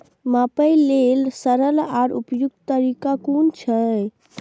मापे लेल सरल आर उपयुक्त तरीका कुन छै?